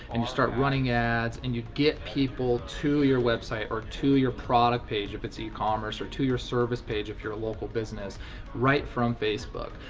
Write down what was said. and you start running ads, and you get people to your website or to your product page if its e-commerce, or to your service page if you're a local business right from facebook,